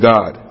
God